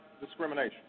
Discrimination